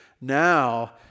now